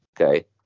okay